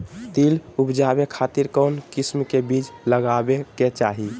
तिल उबजाबे खातिर कौन किस्म के बीज लगावे के चाही?